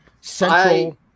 central